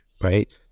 right